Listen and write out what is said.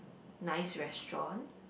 nice restaurant